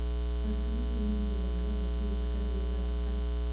personal loan ತೊಗೊಂಡ್ರ ಬಡ್ಡಿ ಎಷ್ಟ್ ಕಟ್ಟಬೇಕಾಗತ್ತಾ